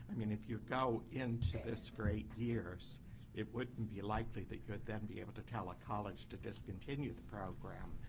i mean if you go into this great year, it wouldn't be likely that you would then be able to tell a college to discontinue the program.